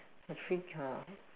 a treat ah